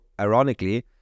ironically